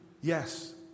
yes